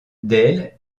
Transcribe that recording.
dale